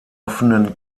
offenen